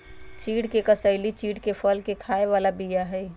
चिढ़ के कसेली चिढ़के फल के खाय बला बीया हई